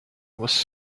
was